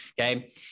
Okay